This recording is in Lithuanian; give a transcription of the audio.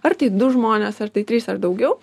ar tai du žmonės ar tai trys ar daugiau